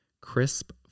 crisp